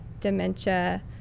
dementia